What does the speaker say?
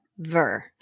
Ver